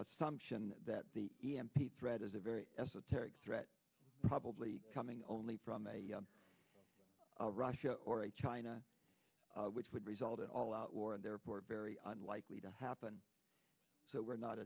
assumption that the e m p threat is a very esoteric threat probably coming only from russia or china which would result in all out war and therefore very unlikely to happen so we're not